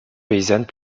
paysannes